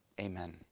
Amen